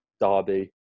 Derby